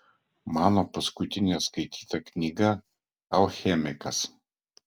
mano paskutinė skaityta knyga alchemikas